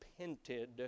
repented